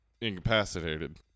incapacitated